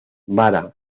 vara